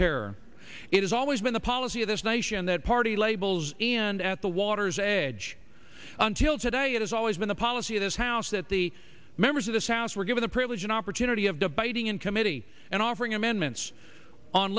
terror it has always been the policy of this nation that party labels and at the water's edge until today it has always been the policy of this house that the members of this house were given the privilege and opportunity of debiting in committee and offering amendments on